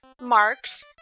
marks